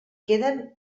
queden